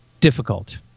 difficult